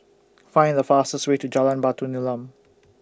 Find The fastest Way to Jalan Batu Nilam